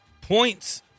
Points